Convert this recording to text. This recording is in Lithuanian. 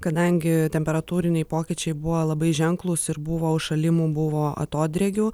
kadangi temperatūriniai pokyčiai buvo labai ženklūs ir buvo užšalimų buvo atodrėkių